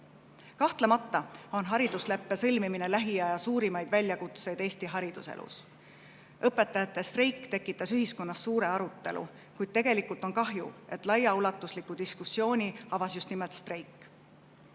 pilti. Kahtlemata on haridusleppe sõlmimine lähiaja suurimaid väljakutseid Eesti hariduselus. Õpetajate streik tekitas ühiskonnas suure arutelu, kuid tegelikult on kahju, et laiaulatusliku diskussiooni avas just nimelt streik.